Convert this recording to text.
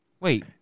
Wait